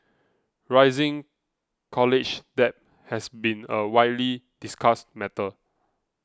rising college debt has been a widely discussed matter